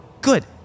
good